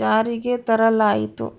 ಜಾರಿಗೆ ತರಲಾಯಿತು